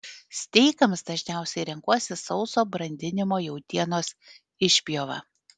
steikams dažniausiai renkuosi sauso brandinimo jautienos išpjovą